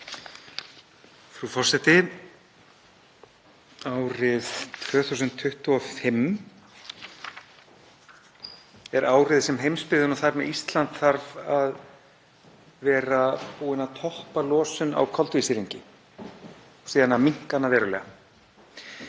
Frú forseti. Árið 2025 er árið sem heimsbyggðin og þar með Ísland þarf að vera búin að toppa losun á koltvísýringi og síðan að minnka hana verulega.